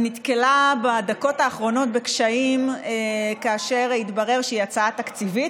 היא נתקלה בדקות האחרונות בקשיים כאשר התברר שהיא הצעה תקציבית,